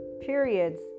periods